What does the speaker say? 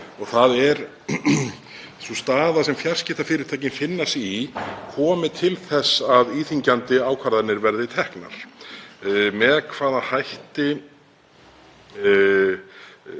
og það er sú staða sem fjarskiptafyrirtækin finna sig í, komi til þess að íþyngjandi ákvarðanir verði teknar. Hvernig er til